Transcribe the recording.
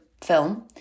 film